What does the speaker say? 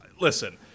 listen